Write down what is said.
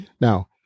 Now